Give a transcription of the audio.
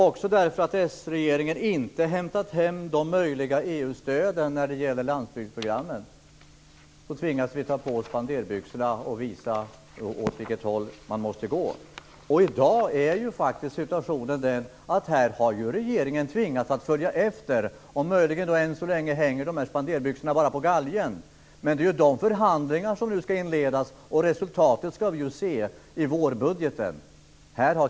Också därför att den socialdemokratiska regeringen inte har hämtat hem de möjliga EU-stöden när det gäller landsbygdsprogrammet, tvingas vi ta på oss spenderbyxorna och visa åt vilket håll man måste gå. I dag är situationen den att regeringen har tvingats följa efter. Spenderbyxorna hänger kanske än så länge bara på galgen. Men nu ska ju förhandlingarna inledas, och resultatet ska vi se i vårbudgeten.